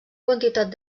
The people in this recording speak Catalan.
quantitat